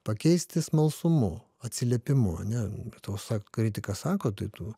pakeisti smalsumu atsiliepimu ane tau sako kritiką sako tai tu